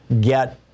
get